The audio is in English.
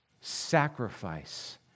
sacrifice